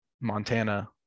Montana